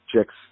chicks